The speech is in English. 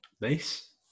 Nice